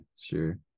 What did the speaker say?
Sure